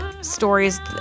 stories